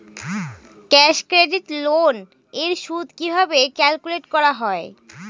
Cash credit loan এর সুদ কিভাবে ক্যালকুলেট করা হয়?